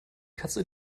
katze